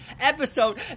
episode